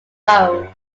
road